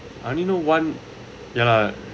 I only know one ya lah